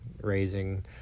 raising